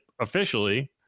officially